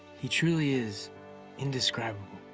he truly is indescribable.